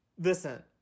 listen